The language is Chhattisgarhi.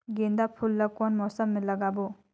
गेंदा फूल ल कौन मौसम मे लगाबो?